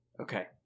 okay